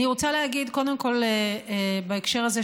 אני רוצה להגיד קודם כול בהקשר הזה,